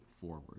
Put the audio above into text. forward